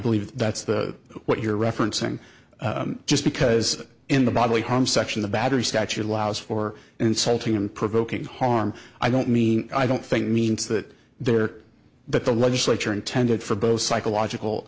believe that's the what you're referencing just because in the bodily harm section the battery statute allows for insulting them provoking harm i don't mean i don't think means that there are but the legislature intended for both psychological